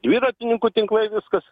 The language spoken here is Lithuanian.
dviratininkų tinklai viskas